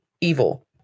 evil